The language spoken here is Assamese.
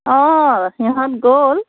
অঁ সিহঁত গ'ল